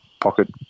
pocket